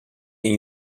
این